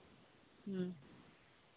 ᱦᱮᱸ